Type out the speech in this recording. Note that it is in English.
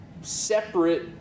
separate